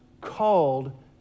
called